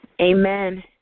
Amen